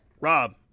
Rob